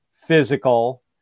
physical